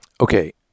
Okay